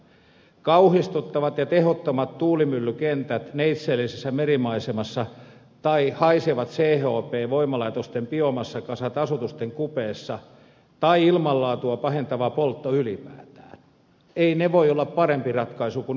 kauhistuttavat ja tehottomat tuulimyllykentät neitseellisessä merimaisemassa tai haisevat chp voimalaitosten biomassakasat asutusten kupeessa tai ilmanlaatua pahentava poltto ylipäätään eivät voi olla parempi ratkaisu kuin ydinvoimala